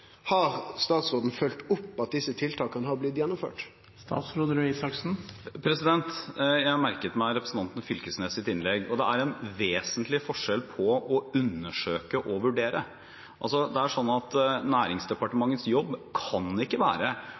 Har statsråden fylgt opp at desse tiltaka har blitt gjennomførte? Jeg har merket meg representanten Knag Fylkesnes’ innlegg. Det er en vesentlig forskjell på å undersøke og å vurdere. Næringsdepartementets jobb kan ikke være